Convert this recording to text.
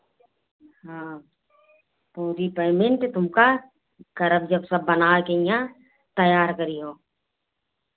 हाँ पूरी पेमेंट तुमका करब जब सब बनाय के इहाँ तैयार करिहो